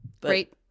Great